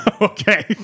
okay